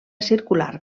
circular